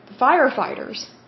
firefighters